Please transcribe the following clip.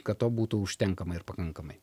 kad to būtų užtenkamai ir pakankamai